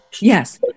yes